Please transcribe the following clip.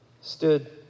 stood